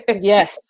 Yes